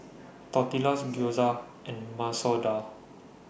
Tortillas Gyoza and Masoor Dal